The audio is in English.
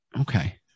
Okay